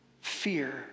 fear